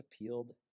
appealed